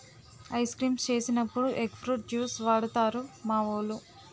ice creams చేసినప్పుడు egg fruit juice వాడుతారు మావోలు